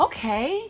Okay